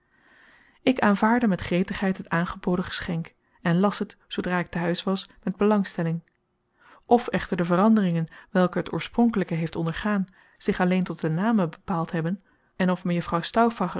ik aanvaardde met gretigheid het aangeboden geschenk en las het zoodra ik te huis was met belangstelling of echter de veranderingen welke het oorspronkelijke heeft ondergaan zich alleen tot de namen bepaald hebben en of